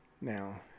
Now